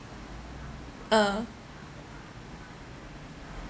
uh